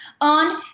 on